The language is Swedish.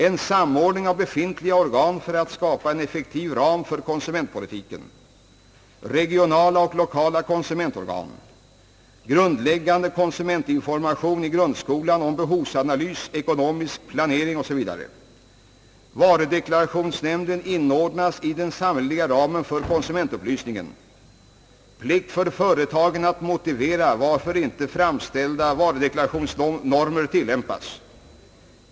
En samordning av befintliga organ för att skapa en effektiv ram för konsumentpolitiken. Varudeklarationsnämnden inordnas i den samhälleliga ramen för konsumentupplysningen. Plikt för företagen att motivera varför inte framställda varudeklarationsnormer tillämpas.